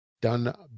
done